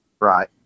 Right